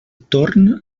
torn